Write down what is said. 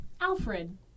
Alfred